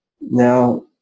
Now